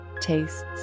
tastes